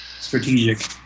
Strategic